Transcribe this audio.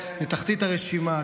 לתחתית הרשימה,